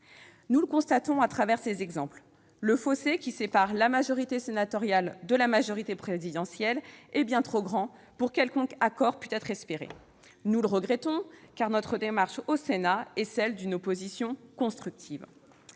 Nous le voyons à travers ces exemples, le fossé qui sépare la majorité sénatoriale de la majorité présidentielle est bien trop grand pour qu'un quelconque accord puisse être espéré. Nous le regrettons, car notre démarche au Sénat est celle d'une opposition constructive.